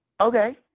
okay